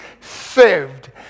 Saved